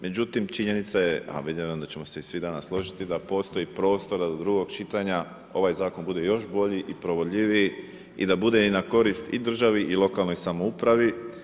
Međutim, činjenica je a vidim da ćemo se i svi danas složiti da postoji prostora do drugog čitanja ovaj zakon bude još bolji i provodljiviji i da bude na korist i državi i lokalnoj samoupravi.